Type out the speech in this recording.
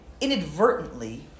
inadvertently